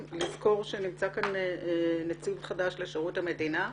רחבה שתוקפת את הציבור במדינת ישראל בשנים